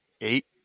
eight